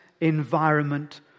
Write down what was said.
environment